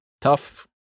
tough